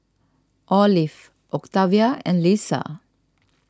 Olive Octavia and Leesa